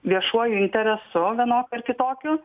viešuoju interesu vienokiu ar kitokiu